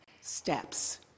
steps